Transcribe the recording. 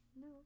No